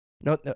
No